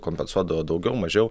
kompensuodavo daugiau mažiau